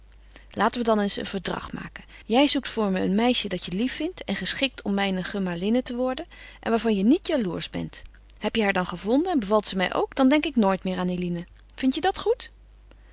laten we dan eens een verdrag maken jij zoekt voor me een meisje dat je lief vindt en geschikt om mijne gemalinne te worden en waarvan je niet jaloersch bent heb je haar dan gevonden en bevalt ze mij ook dan denk ik nooit meer aan eline vindt je dat goed